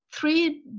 three